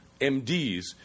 MDs